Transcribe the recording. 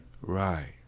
Right